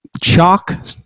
chalk